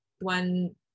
one